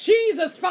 Jesus